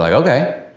like okay,